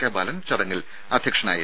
K Balan ചടങ്ങിൽ അധ്യക്ഷനായിരുന്നു